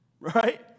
right